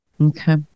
Okay